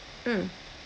hmm